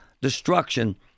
destruction